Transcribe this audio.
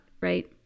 right